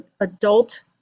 adult